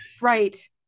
Right